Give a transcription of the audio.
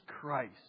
Christ